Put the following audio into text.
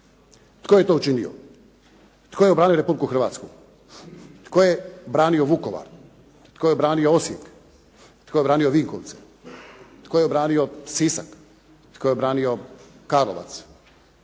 Tko je to učinio? Tko je obranio Republiku Hrvatsku? Tko je obranio Vukovar? Tko je obranio Osijek? Tko je obranio Vinkovce? Tko je obranio Sisak? Tko je obranio Karlovac?